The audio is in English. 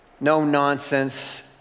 no-nonsense